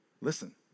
Listen